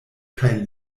kaj